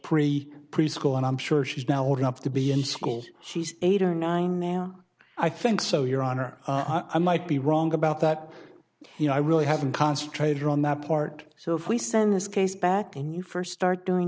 pre preschool and i'm sure she's now old enough to be in school she's eight or nine now i think so your honor i might be wrong about that and i really haven't concentrated on that part so if we send this case back when you first start doing